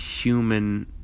human